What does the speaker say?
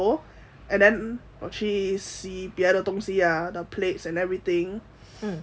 and then she 洗别的东西 lah the plates and everything